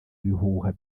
ibihuha